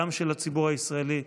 גם של הציבור הישראלי.